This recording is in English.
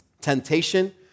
Temptation